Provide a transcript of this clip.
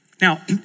Now